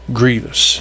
grievous